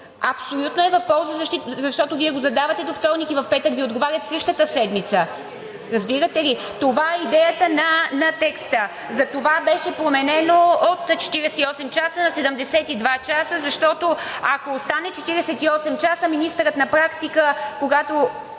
Абсолютно е в полза, защото Вие го задавате до вторник и в петък същата седмица Ви отговарят. Разбирате ли? Това е идеята на текста. Затова беше променено от 48 часа на 72 часа, защото, ако остане 48 часа, министърът на практика, когато